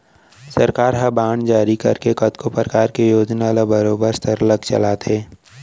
सरकार ह बांड जारी करके कतको परकार के योजना ल बरोबर सरलग चलाथे